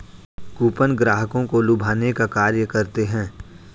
coupon ग्राहकों को लुभाने का कार्य करते हैं